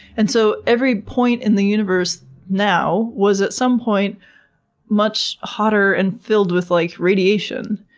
and so every point in the universe now was at some point much hotter and filled with like radiation.